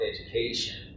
education